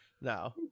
No